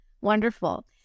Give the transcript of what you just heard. Wonderful